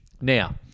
Now